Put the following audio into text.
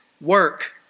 work